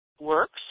works